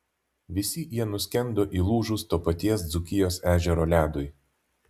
visi jie nuskendo įlūžus to paties dzūkijos ežero ledui